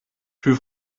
für